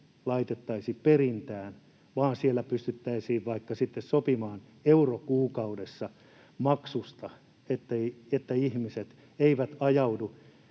laitettaisi perintään vaan siellä pystyttäisiin vaikka sitten sopimaan euro kuukaudessa -maksusta, että ihmiset eivät ajaudu